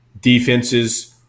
Defenses